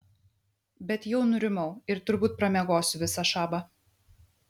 bet jau nurimau ir turbūt pramiegosiu visą šabą